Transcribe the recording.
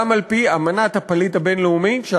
גם על-פי האמנה הבין-לאומית בדבר מעמדם של פליטים,